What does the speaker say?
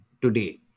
today